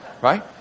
Right